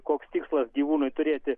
koks tikslas gyvūnui turėti